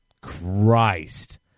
christ